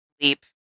leap